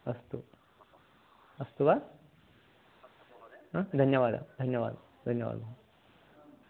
अस्तु अस्तु वा हा धन्यवादः धन्यवादः धन्यवादः